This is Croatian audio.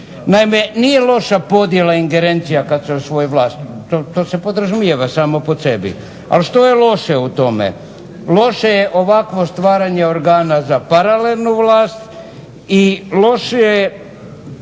Naime, nije loša podjela ingerencija kad …/Ne razumije se./… to se podrazumijeva samo po sebi. Ali što je loše u tome, loše je ovakvo stvaranje organa za paralelnu vlast i loše je